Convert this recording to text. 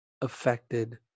affected